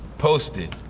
posted.